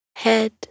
Head